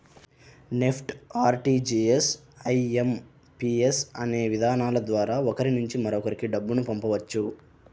NEFT, RTGS, IMPS అనే విధానాల ద్వారా ఒకరి నుంచి మరొకరికి డబ్బును పంపవచ్చు